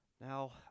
Now